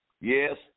Yes